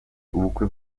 ubukwe